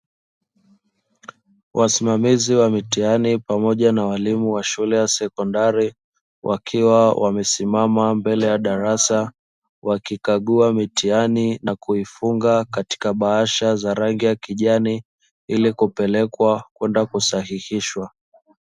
Wasimamizi wa mitihani pamoja na wa shule ya sekondari wakiwa wamesimama mbele ya darasa, wakiikagua mitihani na kuifunga katika bahasha za rangi ya kijani, ili kupelekwa kwenda kusahihishwa.